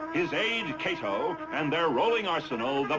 his aide, kato, and their rolling arsenal, but